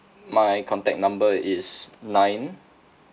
my contact number is nine